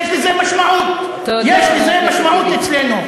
יש לזה משמעות, יש לזה משמעות אצלנו.